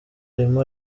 arimo